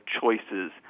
choices